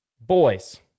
Boys